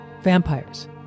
Vampires